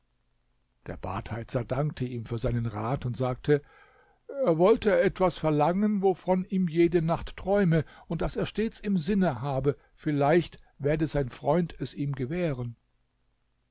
der badheizer dankte ihm für seinen rat und sagte er wollte etwas verlangen wovon ihm jede nacht träume und das er stets im sinne habe vielleicht werde sein freund es ihm gewähren